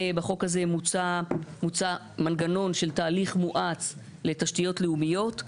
בחוק הזה מוצע מנגנון של תהליך מואץ לתשתיות לאומיות,